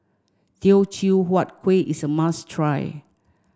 Teochew Huat Kueh is a must try